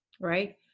right